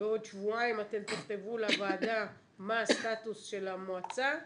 בעוד שבועיים אתם תכתבו לוועדה מה הסטטוס של המועצה,